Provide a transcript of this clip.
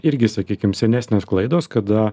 irgi sakykim senesnės klaidos kada